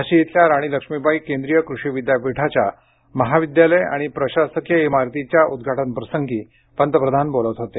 झाशी इथल्या राणी लक्ष्मीबाई केंद्रीय कृषी विद्यापीठाच्या महाविद्यालय आणि प्रशासकीय इमारतीच्या उद्घाटनप्रसंगी पंतप्रधान बोलत होते